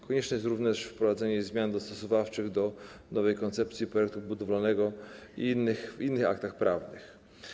Konieczne jest również wprowadzenie zmian dostosowawczych do nowej koncepcji projektu budowlanego w innych aktach prawnych.